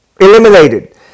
eliminated